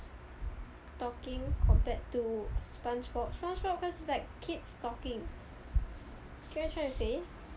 talking compared to spongebob spongebob cause it's like kids talking get what I'm tryna say